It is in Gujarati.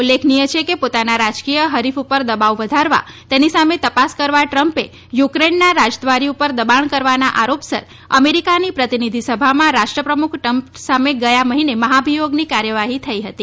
ઉલ્લેખનીય છે કે પોતાના રાજકીય હરીફ ઉપર દબાવ વધારવા તેની સામે તપાસ કરવા ટ્રમ્પે યુક્રેનના રાજદ્વારી ઉપર દબાણ કરવાના આરોપસર અમેરિકાની પ્રતિનિધી સભામાં રાષ્ટ્રપ્રમુખ ટ્રમ્પ સામે ગયા મહિને મહાભિયોગની કાર્યવાહી થઇ હતી